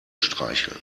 streicheln